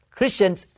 Christians